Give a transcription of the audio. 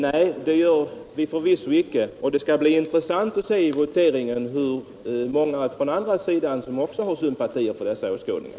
Nej, det vill vi förvisso icke, och det skall bli intressant att i voteringen se hur många på den andra sidan, dvs. utskottsmajoriteten, som har sympati för dessa åskådningar.